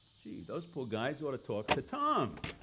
gee, those poor guys ought to talk to tom.